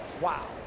Wow